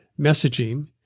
messaging